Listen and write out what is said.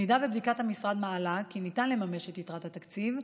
אם בדיקת המשרד מעלה כי ניתן לממש את יתרת התקציב,